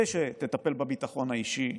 כדי שתטפל בביטחון האישי,